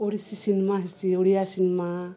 Odissi cinema ହେସି ଓଡ଼ିଆ ସିନମା